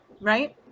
right